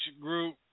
group